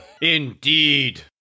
Indeed